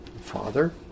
father